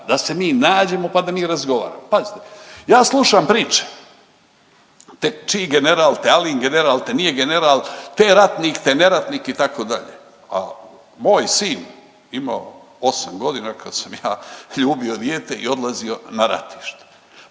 da se mi nađemo, pa da mi razgovaramo. Pazite, ja slušam priče te čiji general, te Alijin general, te nije general, te je ratnik, te neratnik itd. A moj sin je imao 8 godina kad sam ja ljubio dijete i odlazio na ratište.